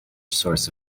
source